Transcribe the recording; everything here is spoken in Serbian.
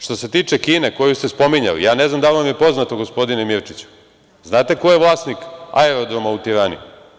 Što se tiče Kine koju ste spominjali, ne znam da li vam je poznato, gospodine Mirčiću, znate ko je vlasnik aerodroma u Tirani?